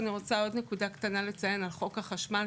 אני רוצה לציין עוד נקודה קטנה על חוק החשמל,